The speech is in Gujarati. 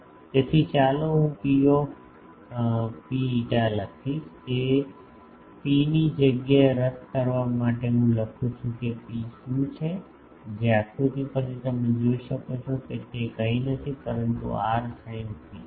તેથી ચાલો હું Pρφ લખીશ અને ρ ની જગ્યાએ રદ કરવા માટે હું લખું છું ρ શુ છે જે આકૃતિ પરથી તમે જોઈ શકો છો કે તે કંઈ નથી પરંતુ r sin theta છે